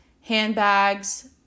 handbags